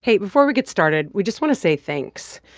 hey. before we get started, we just want to say thanks.